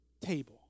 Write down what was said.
table